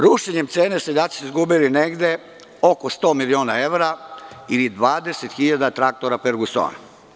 Rušenjem cene seljaci su izgubili negde oko 100 miliona evra ili 20.000 traktora „Fergusona“